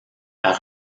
par